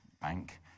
bank